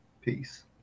Peace